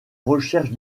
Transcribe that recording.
recherche